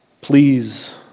please